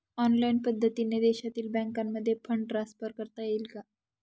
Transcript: Online पद्धतीने देशातील बँकांमध्ये फंड ट्रान्सफर करता येईल का?